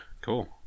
cool